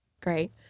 Great